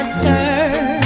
turn